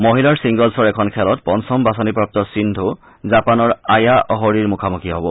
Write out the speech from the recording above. মহিলাৰ ছিংগলছৰ এখন খেলত পঞ্চম বাছনিপ্ৰাপ্ত সিন্ধু জাপানৰ আয়া অ'হৰিৰ মুখামুখি হ'ব